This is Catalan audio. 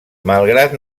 malgrat